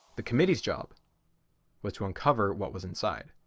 the committee's job was to uncover what was inside.